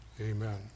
Amen